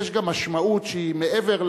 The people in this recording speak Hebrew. יש גם משמעות שהיא מעבר,